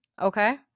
Okay